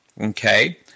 okay